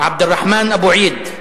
עבד אל-רחמאן אבו עיד,